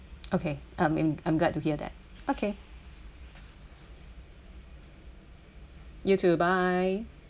okay I'm in I'm glad to hear that okay you too bye